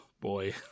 boy